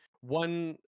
one